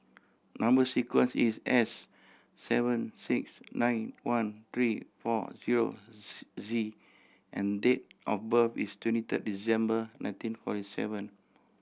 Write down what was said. number sequence is S seven six nine one three four zero Z and date of birth is twenty third December nineteen forty seven